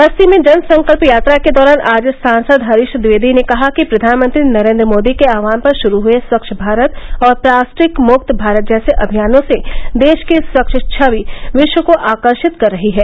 बस्ती में जन संकल्प यात्रा के दौरान आज सांसद हरीश द्विवेदी ने कहा कि प्रधानमंत्री नरेन्द्र मोदी के आहवान पर शुरू हये स्वच्छ भारत और प्लास्टिक मुक्त भारत जैसे अभियानों से देश की स्वच्छ छवि विश्व को आकर्षित कर रही है